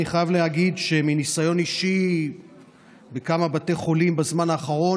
אני חייב להגיד שמניסיון אישי בכמה בתי חולים בזמן האחרון,